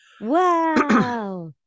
wow